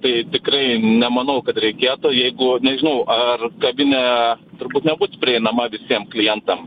tai tikrai nemanau kad reikėtų jeigu nežinau ar kavinė turbūt nebus prieinama visiem klientam